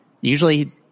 usually